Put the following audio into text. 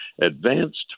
Advanced